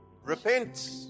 Repent